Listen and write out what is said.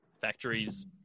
factories